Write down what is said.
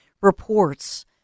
reports